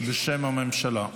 בשם הממשלה.